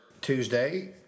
Tuesday